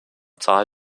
zahl